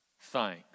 thanks